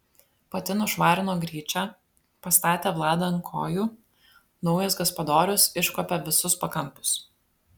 pati nušvarino gryčią pastatė vladą ant kojų naujas gaspadorius iškuopė visus pakampius